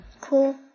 Cool